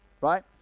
right